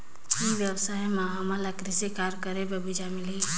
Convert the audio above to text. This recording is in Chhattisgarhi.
ई व्यवसाय म हामन ला कृषि कार्य करे बर बीजा मिलही?